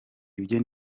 ibyo